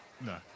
no